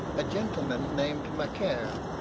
a gentleman named macaire,